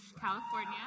California